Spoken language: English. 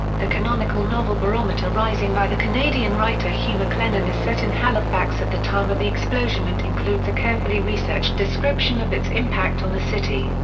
the canonical novel barometer rising by the canadian writer hugh maclennan is set in halifax at the time of the explosion and includes a carefully researched description of its impact on the city.